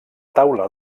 taula